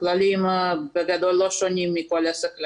הכללים בגדול לא שונים מכל עסק,